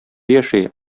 яши